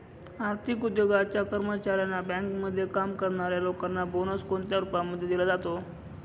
आर्थिक उद्योगाच्या कर्मचाऱ्यांना, बँकेमध्ये काम करणाऱ्या लोकांना बोनस कोणत्या रूपामध्ये दिला जातो?